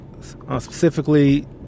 specifically